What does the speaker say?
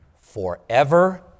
forever